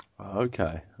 okay